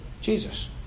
Jesus